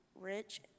rich